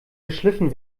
geschliffen